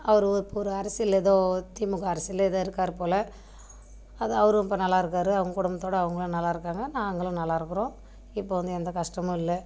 அவரு இப்போது ஒரு அரசியலில் ஏதோ திமுக அரசியலில் ஏதோ இருக்கார் போல அதான் அவரும் ரொம்ப நல்லாயிருக்காரு அவங்க குடும்பத்தோடு அவங்களும் நல்லாயிருக்காங்க நாங்களும் நல்லாயிருக்கறோம் இப்போது வந்து எந்த கஷ்டமும் இல்லை